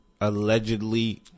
allegedly